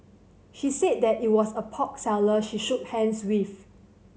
she said that it was a pork seller she shook hands with